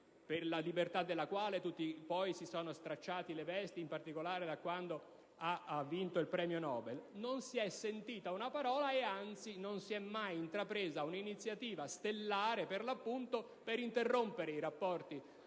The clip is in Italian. per la libertà della quale tutti poi si sono stracciati le vesti, in particolare da quando ha vinto il premio Nobel. Non si è sentita una parola, né si è mai intrapresa un'iniziativa, "stellare" per l'appunto, per interrompere i rapporti